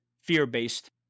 fear-based